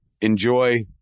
enjoy